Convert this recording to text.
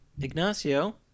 Ignacio